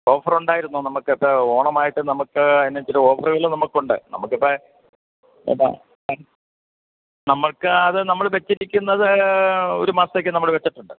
offer ഉണ്ടായിരുന്നു നമുക്ക് ഇപ്പോൾ ഓണമായിട്ട് നമുക്ക് അതിന് ചില ഓഫറുകൾ നമുക്കുണ്ട് നമുക്ക് ഇപ്പം എന്താ ഏ നമുക്ക് അത് നമ്മൾ വെച്ചിരിക്കുന്നത് ഒരു മാസത്തേക്ക് നമ്മൾ വെച്ചിട്ടുണ്ട്